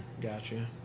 Gotcha